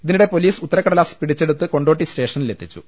ഇതിനിടെ പൊലീസ് ഉത്തരക്കടലാസ് പിടിച്ചെടുത്ത് കൊണ്ടോട്ടി സ്റ്റേഷനിലെത്തിച്ചു